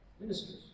ministers